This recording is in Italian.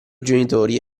genitori